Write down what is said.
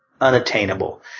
unattainable